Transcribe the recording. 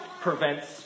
prevents